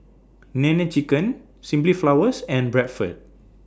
Nene Chicken Simply Flowers and Bradford